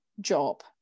job